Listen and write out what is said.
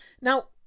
Now